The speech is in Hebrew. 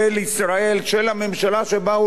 של הממשלה שבה הוא לא היה חבר,